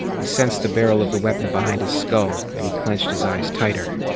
he sensed the barrel of the weapon behind his skull and he clenched his eyes tighter.